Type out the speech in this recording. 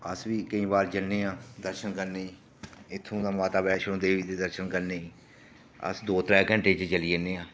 ते अस बी केई बार जन्नें आं दर्शन करने गी इत्थूं दा माता वैष्णो देवी दे दर्शन करने गी अस दौं त्रैऽ घैंटें गी चली जन्ने आं